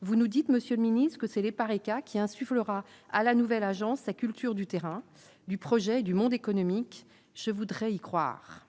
vous nous dites, Monsieur le Ministre, que c'est l'Epareca qui insufflera à la nouvelle agence sa culture du terrain du projet et du monde économique, je voudrais y croire,